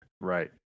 Right